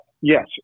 yes